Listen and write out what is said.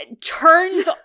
turns